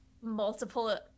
multiple